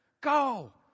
Go